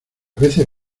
veces